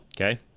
Okay